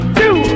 two